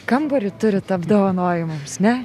kambarį turit apdovanojimams ne